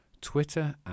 Twitter